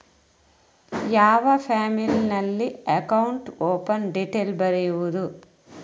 ಯಾವ ಫಾರ್ಮಿನಲ್ಲಿ account open detail ಬರೆಯುವುದು?